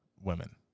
women